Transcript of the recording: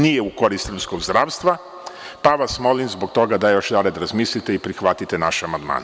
Nije u korist srpskog zdravstva pa vas molim zbog toga da još jednom razmislite i prihvatite naše amandmane.